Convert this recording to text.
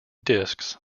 discs